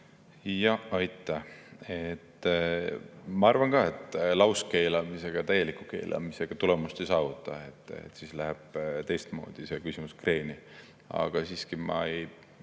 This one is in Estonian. Aitäh! Ma arvan ka, et lauskeelamisega, täieliku keelamisega tulemust ei saavuta. Siis läheb teistmoodi see küsimus kreeni. Aga siiski, mina